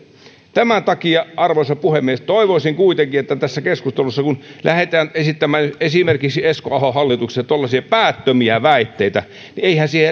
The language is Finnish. tämän takia arvoisa puhemies sanoisin kuitenkin että tässä keskustelussa kun lähdetään esittämään esimerkiksi esko ahon hallituksesta tuollaisia päättömiä väitteitä eihän siinä